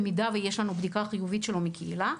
במידה ויש לנו בדיקה חיובית שלו מהקהילה.